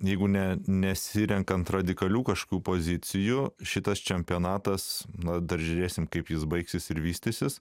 jeigu ne nesirenkant radikalių kažkokių pozicijų šitas čempionatas na dar žiūrėsime kaip jis baigsis ir vystysis